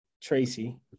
Tracy